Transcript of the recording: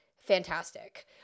fantastic